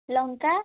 ଲଙ୍କା